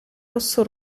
rosso